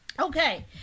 Okay